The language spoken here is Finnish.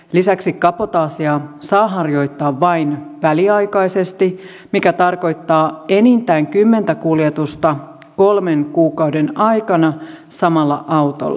lisäksi kabotaasia saa harjoittaa vain väliaikaisesti mikä tarkoittaa enintään kymmentä kuljetusta kolmen kuukauden aikana samalla autolla